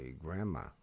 grandma